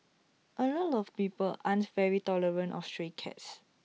A lot of people aren't very tolerant of stray cats